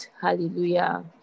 Hallelujah